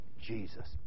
Jesus